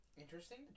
interesting